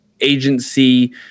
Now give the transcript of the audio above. agency